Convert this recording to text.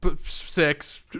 Six